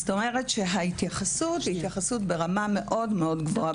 זאת אומרת שההתייחסות היא ברמה מאוד מאוד גבוהה בכללית.